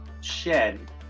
shed